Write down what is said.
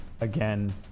again